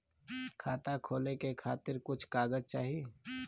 खाता खोले के खातिर कुछ कागज चाही?